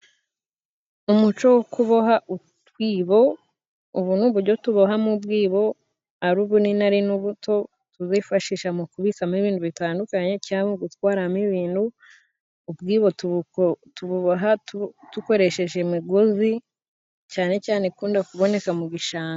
Umuco wo kuboha utwibo, ubu ni ubujyo tubohamo ubwibo ari ubunini ari n'ubuto tuzifashisha mu kubikamo ibindu bitandukanye cyangwa mu gutwaramo ibintu. Ubwibo tububoha dukoresheje imigozi cyane cyane ikunda kuboneka mu bishanga.